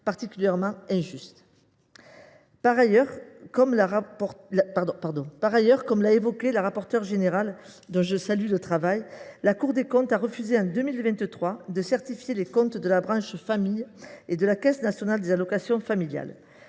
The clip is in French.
particulièrement injuste. Par ailleurs, comme l’a évoqué Mme la rapporteure générale, dont je salue le travail, la Cour des comptes a refusé en 2023 de certifier les comptes de la branche famille et de la Caisse nationale des allocations familiales.